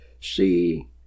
see